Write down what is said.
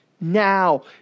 now